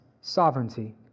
sovereignty